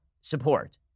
support